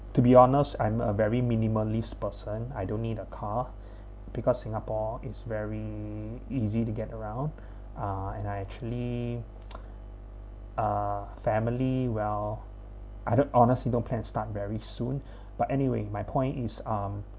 to be honest I'm a very minimalist person I don't need a car because singapore is very easy to get around uh and I actually uh family well I d~ honestly don't plan start very soon but anyway my point is um